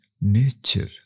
nature